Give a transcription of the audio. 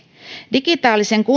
digitaalisen